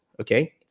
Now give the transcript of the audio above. okay